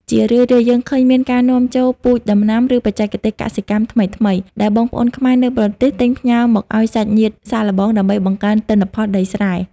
ជារឿយៗ យើងឃើញមានការនាំចូល "ពូជដំណាំ ឬបច្ចេកទេសកសិកម្មថ្មីៗ" ដែលបងប្អូនខ្មែរនៅបរទេសទិញផ្ញើមកឱ្យសាច់ញាតិសាកល្បង ដើម្បីបង្កើនទិន្នផលដីស្រែ។